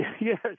yes